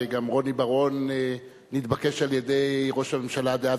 וגם רוני בר-און נתבקש על-ידי ראש הממשלה דאז,